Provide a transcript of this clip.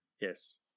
Yes